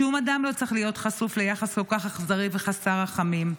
שום אדם לא צריך להיות חשוף ליחס כל כך אכזרי וחסר רחמים.